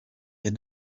com